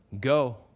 go